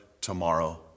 tomorrow